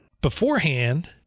beforehand